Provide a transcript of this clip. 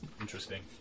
Interesting